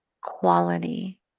quality